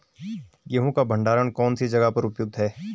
गेहूँ का भंडारण कौन सी जगह पर उपयुक्त है?